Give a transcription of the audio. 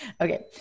Okay